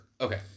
Okay